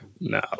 No